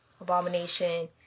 Abomination